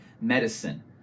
medicine